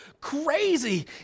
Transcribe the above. crazy